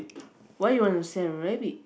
why you want to sell your rabbit